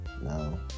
no